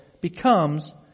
becomes